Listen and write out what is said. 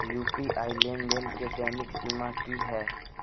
UPI लेनदेन केँ दैनिक सीमा की है?